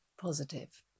Positive